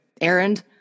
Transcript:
errand